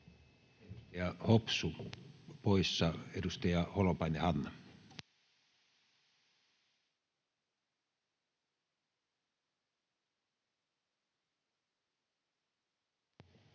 Hopsu, poissa. — Edustaja Holopainen, Hanna.